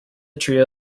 trio